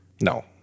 No